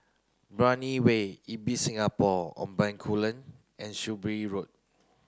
Brani Way Ibis Singapore on Bencoolen and Shrewsbury Road